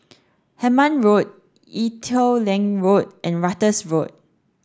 Hemmant Road Ee Teow Leng Road and Ratus Road